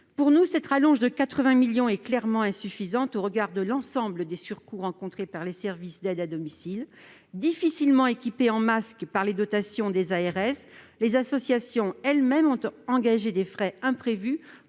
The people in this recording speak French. Pour nous, cette rallonge de 80 millions d'euros est clairement insuffisante au regard de l'ensemble des surcoûts rencontrés par les services d'aide à domicile, difficilement équipés en masques par les dotations des ARS. Les associations elles-mêmes ont engagé des frais imprévus